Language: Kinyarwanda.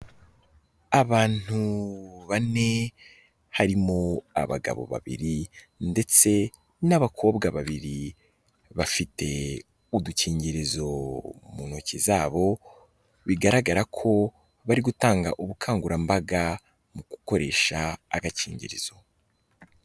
Abantu bane harimo abagabo babiri ndetse n'abakobwa babiri, bafite udukingirizo mu ntoki zabo, bigaragara ko bari gutanga ubukangurambaga mu gukoresha agakingirizo.